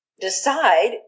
decide